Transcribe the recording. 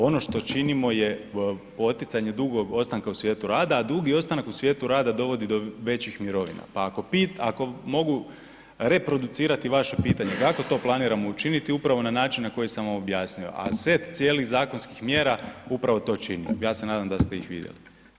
Ono što činimo je poticanje dugog ostanka u svijetu rada a dugi ostanak u svijetu rada dovodi do većih mirovina pa ako mogu reproducirati vaše pitanje kako to planiramo učiniti, upravo na način na koji sam vam objasnio a set cijelih zakonskih mjera upravo to čini, ja se nadam da ste ih vidjeli.